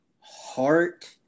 heart